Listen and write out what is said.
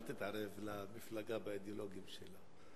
אל תתערב למפלגה באידיאולוגים שלה.